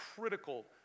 critical